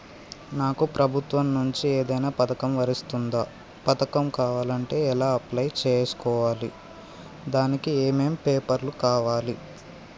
నాకు ప్రభుత్వం నుంచి ఏదైనా పథకం వర్తిస్తుందా? పథకం కావాలంటే ఎలా అప్లై చేసుకోవాలి? దానికి ఏమేం పేపర్లు కావాలి?